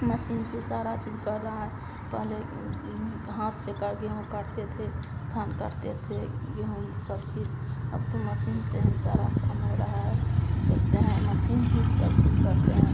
machine से सारा चीज कर रहा है पहले हाथ से कर गेहूँ काटते थे धान काटते थे गेहूँ में सब चीज अब तो मसीन से ही सारा काम हो रहा है देखते हैं मसीन ही सब चीज करते हैं